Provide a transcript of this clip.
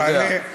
אתה יודע.